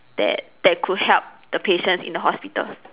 that that could help the patients in the hospital